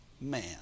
man